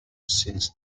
since